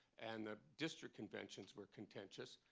and the district conventions were contentious.